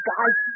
Guys